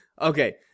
Okay